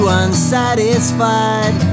unsatisfied